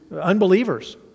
unbelievers